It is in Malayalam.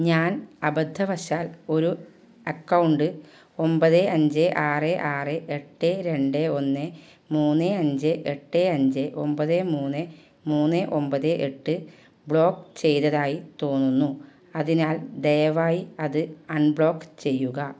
ഞാൻ അബദ്ധവശാൽ ഒരു അക്കൗണ്ട് ഒമ്പത് അഞ്ച് ആറ് ആറ് എട്ട് രണ്ട് ഒന്ന് മൂന്ന് അഞ്ച് എട്ട് അഞ്ച് ഒമ്പത് മൂന്ന് മൂന്ന് ഒമ്പത് എട്ട് ബ്ലോക്ക് ചെയ്തതായി തോന്നുന്നു അതിനാൽ ദയവായി അത് അൺബ്ലോക്ക് ചെയ്യുക